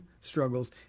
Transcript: struggles